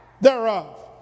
thereof